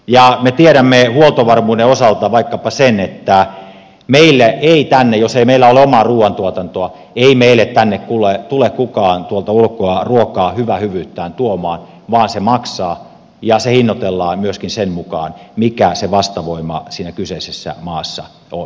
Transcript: ja me tiedämme huoltovarmuuden osalta vaikkapa sen että jos ei meillä ole omaa ruuantuotantoa ei meille tänne tule kukaan tuolta ulkoa ruokaa hyvää hyvyyttään tuomaan vaan se maksaa ja se hinnoitellaan myöskin sen mukaan mikä se vastavoima siinä kyseisessä maassa on